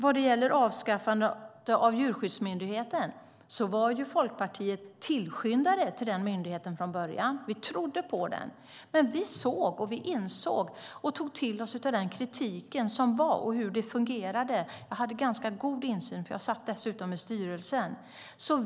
Vad gäller avskaffandet av Djurskyddsmyndigheten var Folkpartiet från början tillskyndare av den myndigheten. Vi trodde på den. Men vi såg, insåg och tog till oss kritiken av hur det fungerade. Jag hade ganska god insyn eftersom jag satt i styrelsen.